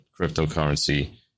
cryptocurrency